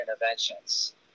interventions